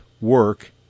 work